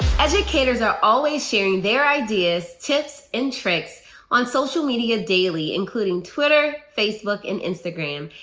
educators are always sharing their ideas, tips, and tricks on social media daily, including twitter, facebook, and instagram.